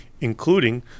including